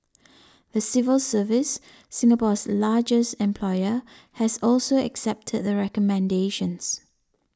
the civil service Singapore's largest employer has also accepted the recommendations